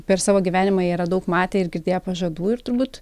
per savo gyvenimą jie yra daug matę ir girdėję pažadų ir turbūt